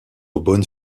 bonne